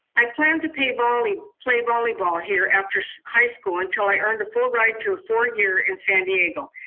i planned to play volleyball play volleyball here after so high school until i earned a full ride to a four-year in san diego.